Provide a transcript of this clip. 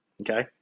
Okay